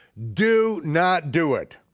do not do it.